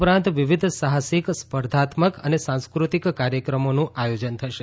ઉપરાંત વિવિધ સાહસિક સ્પર્ધાત્મક અને સાંસ્કૃતિક કાર્યક્રમોનું આયોજન થશે